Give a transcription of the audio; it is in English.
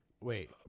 Wait